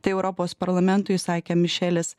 tai europos parlamentui sakė mišelis